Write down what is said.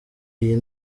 iyo